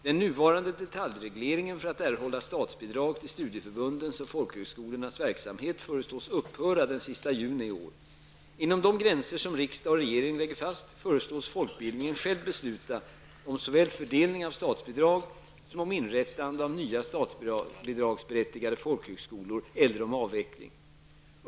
Den nuvarande detaljregleringen för att erhålla statsbidrag till studieförbundens och folkhögskolornas verksamhet föreslås upphöra den sista juni i år. Inom de gränser som riksdag och regering lägger fast, föreslås folkbildningen själv besluta om såväl fördelning av statsbidrag, som om inrättande av nya statsbidragsberättigade folkhögskolor eller om avveckling.